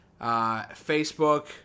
Facebook